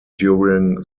during